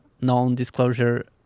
non-disclosure